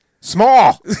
Small